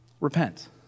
repent